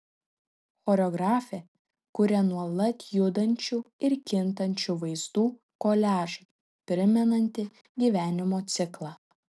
choreografė kuria nuolat judančių ir kintančių vaizdų koliažą primenantį gyvenimo ciklą